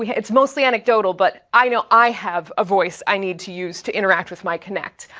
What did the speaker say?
yeah it's mostly anecdotal but i know, i have a voice i need to use to interact with my connect.